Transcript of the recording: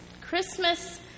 Christmas